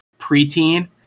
preteen